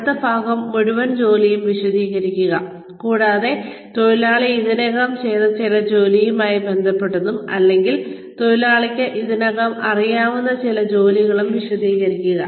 അടുത്ത ഭാഗം മുഴുവൻ ജോലിയും വിശദീകരിക്കുക കൂടാതെ തൊഴിലാളി ഇതിനകം ചെയ്ത ചില ജോലിയുമായി ബന്ധപ്പെട്ടതും അല്ലെങ്കിൽ തൊഴിലാളിക്ക് ഇതിനകം അറിയാവുന്ന ചില ജോലികളും വിശദീകരിക്കുക